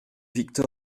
victor